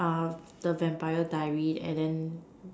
the Vampire diary and then